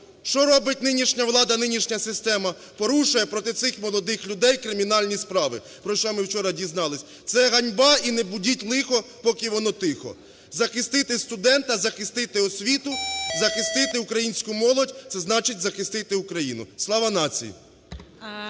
Що робить нинішня влада, нинішня система? Порушує проти цих молодих людей кримінальні справи, про що ми вчора дізнались. Це ганьба, і не будіть лихо, поки воно тихо. Захистити студента, захистити освіту, захистити українську молодь – це значить захистити Україну. Слава нації!